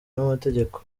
n’amategeko